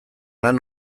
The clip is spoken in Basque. lan